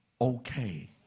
okay